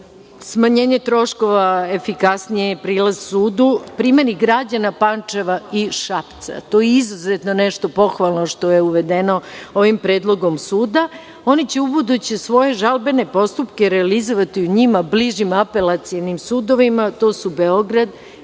Smanjenje troškova, efikasniji prilaz sudu. Primeri građana Pančeva i Šapca. To je izuzetno nešto pohvalno što je uvedeno ovim predlogom suda. Oni će ubuduće svoje žalbene postupke realizovati u njima bližim apelacionim sudovima, to su Beograd